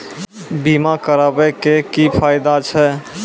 बीमा कराबै के की फायदा छै?